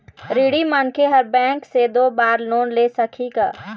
ऋणी मनखे हर बैंक से दो बार लोन ले सकही का?